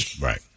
Right